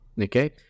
Okay